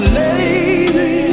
lady